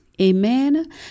Amen